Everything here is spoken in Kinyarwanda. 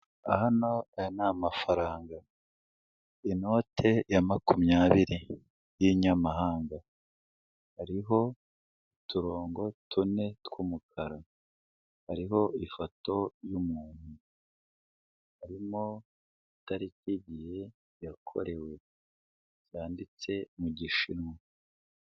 Hano aya ni amafaranga. Inote ya makumyabiri y'inyamahanga, hariho uturongo tune tw'umukara, hariho ifoto y'umuntu, harimo itariki y'igihe yakorewe byanditse mu Gishinwa.